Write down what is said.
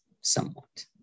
somewhat